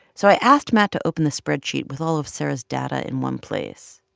so i asked matt to open the spreadsheet with all of sara's data in one place.